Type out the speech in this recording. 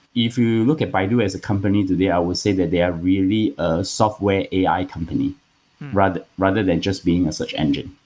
if you look at baidu as a company today, i will say that they are really a software ai company rather rather than just being a search engine.